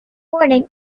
morning